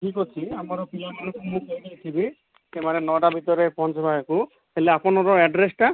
ଠିକ ଅଛି ଆମର ପିଲାମାନଙ୍କୁ ମୁଁ କହି ଦେଇଥିବି ସେମାନେ ନଅଟା ଭିତରେ ପହଞ୍ଚିବାକୁ ହେଲେ ଆପଣଙ୍କର ଆଡ଼୍ରେସଟା